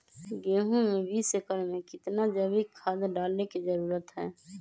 गेंहू में बीस एकर में कितना जैविक खाद डाले के जरूरत है?